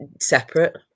separate